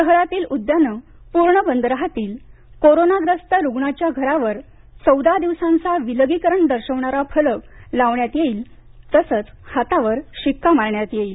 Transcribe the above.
शहरातील उद्याने पूर्ण बंद राहतील कोरोनाग्रस्त रुग्णाच्या घरावर चौदा दिवसांचा विलगीकरण दर्शविणारा फलक लावण्यात येईल तसंच हातावर शिक्का मारण्यात येईल